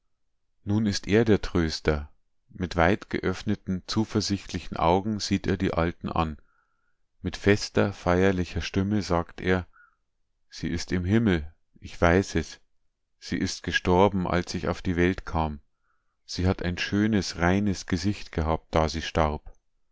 nun ist er der tröster mit weitgeöffneten zuversichtlichen augen sieht er die alten an mit fester feierlicher stimme sagt er sie ist im himmel ich weiß es sie ist gestorben als ich auf die welt kam sie hat ein schönes reines gesicht gehabt da sie starb